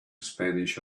spanish